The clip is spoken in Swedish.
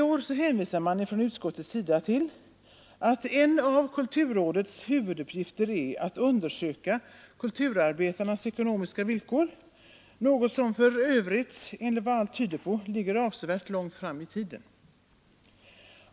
I år hänvisar man från utskottets sida till att en av kulturrådets huvuduppgifter är att undersöka kulturarbetarnas ekonomiska villkor — något som för övrigt enligt vad allt tyder på ligger avsevärt långt fram i tiden.